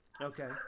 Okay